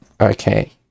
Okay